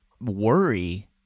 worry